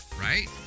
right